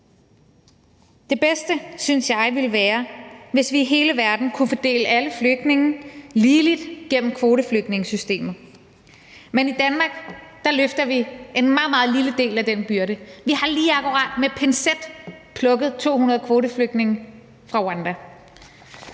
Det bedste synes jeg ville være, hvis vi i hele verden kunne fordele alle flygtninge ligeligt gennem kvoteflygtningesystemet. I Danmark løfter vi en meget, meget lille del af den byrde. Vi har lige akkurat med pincet plukket 200 kvoteflygtninge fra Rwanda.